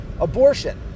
abortion